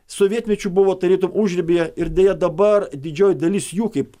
sovietmečiu buvo tarytum užribyje ir deja dabar didžioji dalis jų kaip